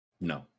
No